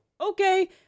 Okay